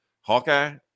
Hawkeye